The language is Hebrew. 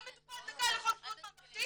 כל מטופל זכאי לחוק בריאות ממלכתי,